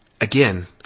Again